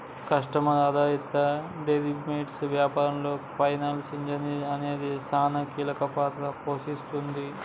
customer ఆధారిత derivatives వ్యాపారంలో financial engineering అనేది సానా కీలక పాత్ర పోషిస్తుంది